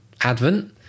advent